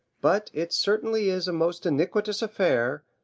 but it certainly is a most iniquitous affair,